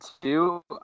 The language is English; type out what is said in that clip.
two